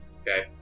Okay